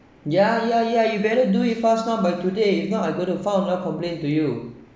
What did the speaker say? ya ya ya you better do it fast now by today if not I'm going to file another complaint to you